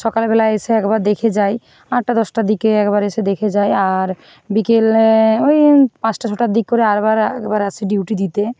সকালবেলায় এসে একবার দেখে যায় আটটা দশটার দিকে একবার এসে দেখে যায় আর বিকেল ওই পাঁচটা ছটার দিক করে আরেকবার একবার আসে ডিউটি দিতে